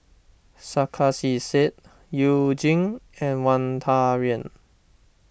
Sarkasi Said You Jin and Wang Dayuan